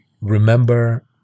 remember